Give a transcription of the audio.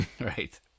Right